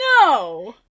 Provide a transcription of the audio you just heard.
No